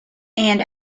and